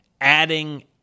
adding